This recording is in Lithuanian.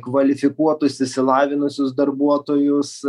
kvalifikuotus išsilavinusius darbuotojus